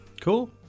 Cool